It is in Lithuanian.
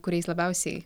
kuriais labiausiai